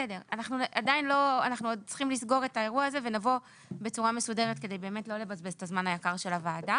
אנחנו צריכים לסגור את האירוע הזה כדי לא לבזבז את הזמן היקר של הוועדה.